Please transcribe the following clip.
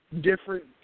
different